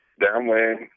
downwind